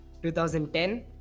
2010